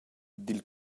dil